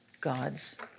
God's